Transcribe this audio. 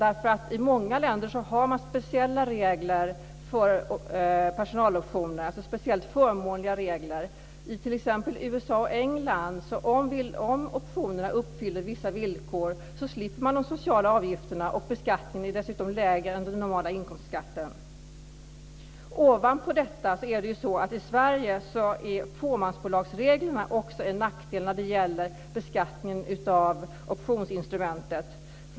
I många länder har man speciellt förmånliga regler för personaloptioner. I t.ex. USA och England är det så att om optionerna uppfyller vissa villkor slipper man de sociala avgifterna, och beskattningen är dessutom lägre än den normala inkomstskatten. Ovanpå detta är fåmansbolagsreglerna i Sverige också en nackdel när det gäller beskattningen av optionsinstrumentet.